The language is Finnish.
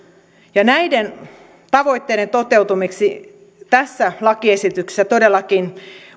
näiden tavoitteiden toteutumiseksi tässä lakiesityksessä todellakin